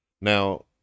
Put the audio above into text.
Now